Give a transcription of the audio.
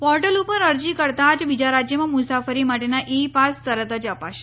portal ઉપર અરજી કરતા જ બીજા રાજ્યોમાં મુસાફરી માટેના ઈ પાસ તરત જ અપાશે